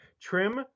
trim